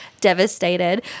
devastated